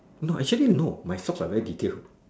no actually no my socks are very detailed